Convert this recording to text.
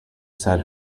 said